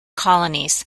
colonies